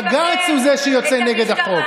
דיברתי כבר